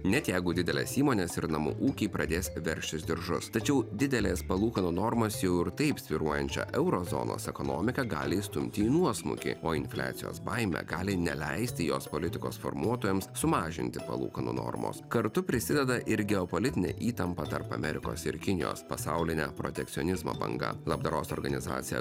net jeigu didelės įmonės ir namų ūkiai pradės veržtis diržus tačiau didelės palūkanų normos jau ir taip svyruojančią euro zonos ekonomiką gali įstumti į nuosmukį o infliacijos baimė gali neleisti jos politikos formuotojams sumažinti palūkanų normos kartu prisideda ir geopolitinė įtampa tarp amerikos ir kinijos pasaulinė protekcionizmo banga labdaros organizacija